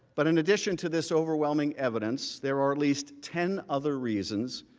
but in addition to this overwhelming evidence, there are at least ten other reasons,